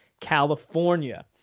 California